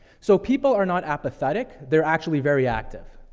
so people are not apathetic, they're actually very active.